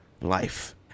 life